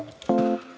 Kõik